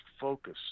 focus